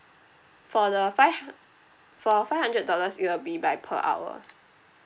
for the five hu~ for five hundred dollars it will be by per hour